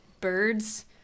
birds